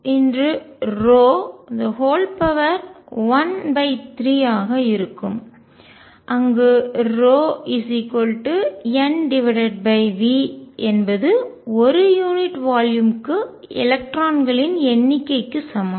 எனவே இது 32×ρ13 ஆக இருக்கும் அங்கு அடர்த்தி N V என்பது ஒரு யூனிட் வால்யூம் க்கு எலக்ட்ரான்களின் எண்ணிக்கைக்கு சமம்